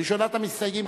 הראשונה במסתייגים,